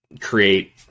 create